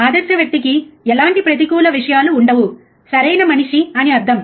ఆదర్శ వ్యక్తికి ఎలాంటి ప్రతికూల విషయాలు ఉండవు సరైన మనిషి అని అర్థం